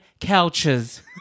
couches